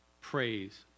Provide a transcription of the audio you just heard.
Praise